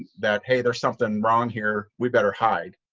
that, hey there's something wrong here we better hide.